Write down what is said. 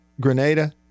Grenada